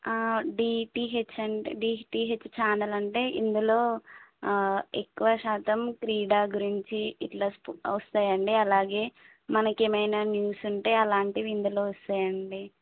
DTH అంటే DTH channel అంటే ఇందులో ఎక్కువ శాతం క్రీడ గురించి ఇట్లా వస్తాయి అండి అలాగే మనకి ఏమైన మీమ్స్ ఉంటే అలాంటివి ఇందులో వస్తాయి అండి